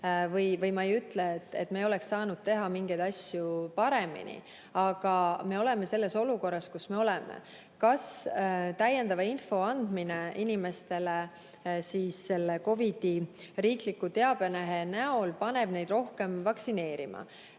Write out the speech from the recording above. ei taha ütelda, et me ei oleks saanud teha mingeid asju paremini. Aga me oleme selles olukorras, kus me oleme. Kas täiendava info andmine inimestele selle COVID-i riikliku teabelehe abil paneb neid rohkem vaktsineerima?